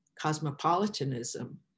cosmopolitanism